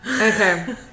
Okay